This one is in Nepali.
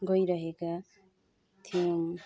गइरहेका थियौँ